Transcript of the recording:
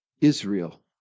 Israel